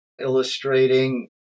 illustrating